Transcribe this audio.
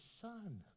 son